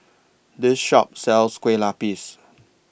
This Shop sells Kueh Lapis